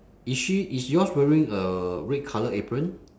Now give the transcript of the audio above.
is she is yours wearing a red colour apron